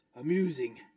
amusing